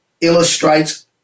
illustrates